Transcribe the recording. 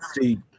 See